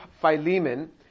Philemon